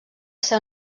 ser